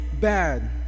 bad